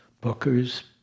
Booker's